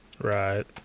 Right